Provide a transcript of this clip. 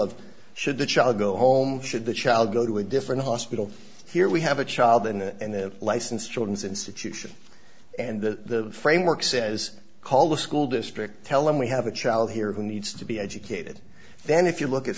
of should the child go home should the child go to a different hospital here we have a child and the licensed children's institution and the framework says call the school district tell them we have a child here who needs to be educated then if you look at